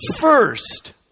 first